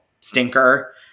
stinker